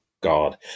God